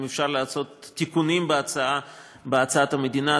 אם אפשר לעשות תיקונים בהצעת המדינה,